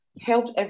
helped